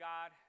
God